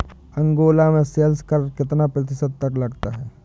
Angola में sales कर कितना प्रतिशत तक लगता है?